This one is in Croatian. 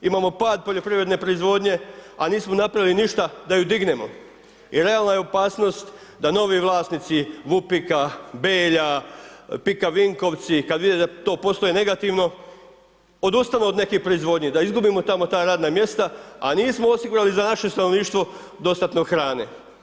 Imamo pad poljoprivredne proizvodnje a nismo napravili ništa da ju dignemo i realna je opasnost da novi vlasnici Vupika, Belja, Pika Vinkovci, kad vide da to posluje negativno, odustanu od neke proizvodnje, da izgubimo tamo ta radna mjesta a nismo osigurali za naše stanovništvo dostatno hrane.